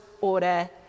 order